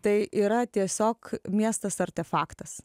tai yra tiesiog miestas artefaktas